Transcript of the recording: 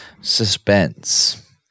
Suspense